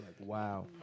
wow